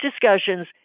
discussions